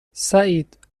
سعید